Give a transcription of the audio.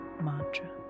Mantra